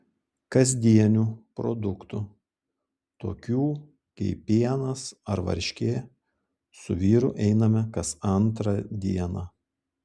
kasdienių produktų tokių kaip pienas ar varškė su vyru einame kas antrą dieną